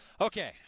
okay